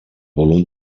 volum